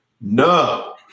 No